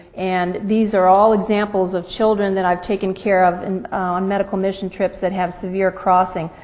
and these are all examples of children that i've taken care of and on medical mission trips that have severe crossing.